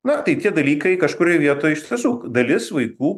na tai tie dalykai kažkurioj vietoj iš tiesų dalis vaikų